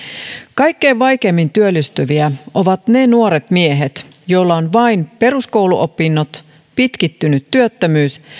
kaikkein vaikeimmin työllistyviä ovat ne nuoret miehet joilla on vain peruskouluopinnot pitkittynyt työttömyys